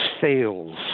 sales